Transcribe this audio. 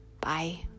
Bye